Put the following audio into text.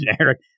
Eric